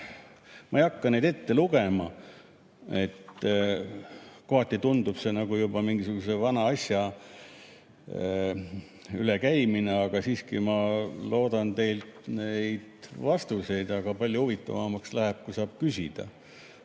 ma ei hakka ette lugema, kohati tundub see juba nagu mingisuguse vana asja ülekäimine. Aga siiski ma loodan teilt neile vastuseid saada. Palju huvitavamaks läheb siis, kui saab küsida.